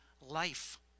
life